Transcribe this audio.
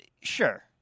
sure